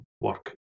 work